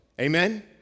Amen